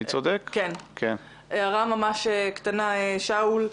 הערה ממש קטנה, שאול.